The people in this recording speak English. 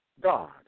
God